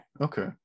Okay